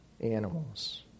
animals